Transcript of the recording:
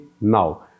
now